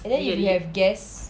and then you already have guests